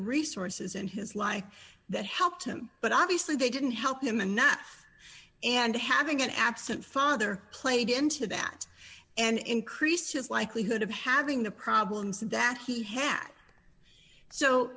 resources in his life that helped him but obviously they didn't help him enough and having an absent father played into that and increase his likelihood of having the problems that he had so